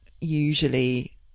usually